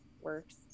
works